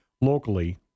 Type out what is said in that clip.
locally